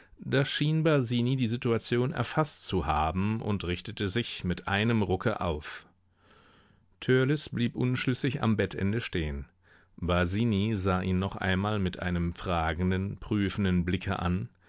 da schien basini die situation erfaßt zu haben und richtete sich mit einem rucke auf törleß blieb unschlüssig am bettende stehen basini sah ihn noch einmal mit einem fragenden prüfenden blicke an